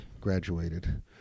graduated